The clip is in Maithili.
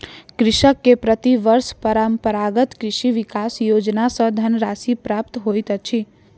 कृषक के प्रति वर्ष परंपरागत कृषि विकास योजना सॅ धनराशि प्राप्त होइत अछि